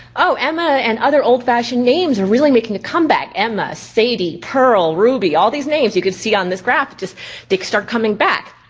oh emma and other old fashioned names are really making a comeback. emma, sadie, pearl, ruby, all these names you can see on this graph they start coming back.